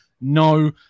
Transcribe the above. No